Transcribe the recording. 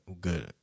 good